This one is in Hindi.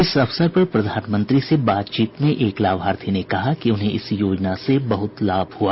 इस अवसर पर प्रधानमंत्री से बातचीत में एक लाभार्थी ने कहा कि उन्हें इस योजना से बहुत लाभ हुआ